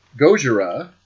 Gojira